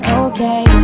okay